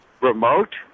remote